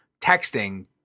texting